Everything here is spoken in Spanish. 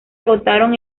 agotaron